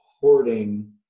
hoarding